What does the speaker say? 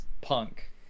Punk